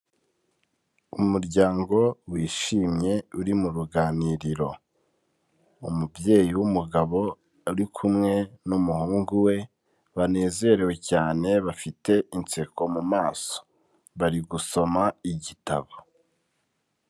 Umuryango wishimye uri mu ruganiriro, umubyeyi w'umugabo uri kumwe n'umuhungu we banezerewe cyane bafite inseko mu maso, bari gusoma igitabo.